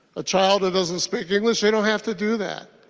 the child who doesn't speak english that don't have to do that.